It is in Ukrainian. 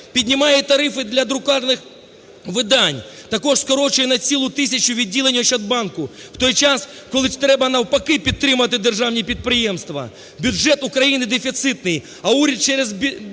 піднімає тарифи для друкованих видань. Також скорочує на цілу тисячу відділень "Ощадбанку" в той час, коли треба навпаки підтримати державні підприємства. Бюджет України дефіцитний, а уряд через більше